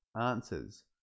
answers